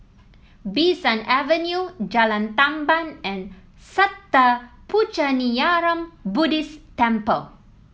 Bee San Avenue Jalan Tamban and Sattha Puchaniyaram Buddhist Temple